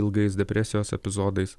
ilgais depresijos epizodais